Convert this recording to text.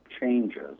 changes